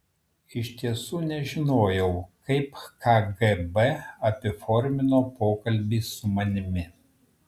iš tiesų nežinojau kaip kgb apiformino pokalbį su manimi